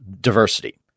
diversity